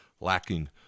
lacking